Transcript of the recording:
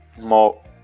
more